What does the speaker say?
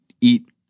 eat